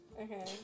Okay